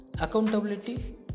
accountability